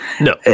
No